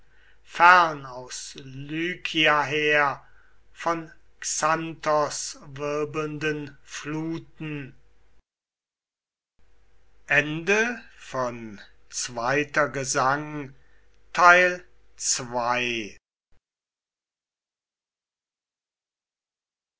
fern aus lykia her von xanthos wirbelnden fluten dritter gesang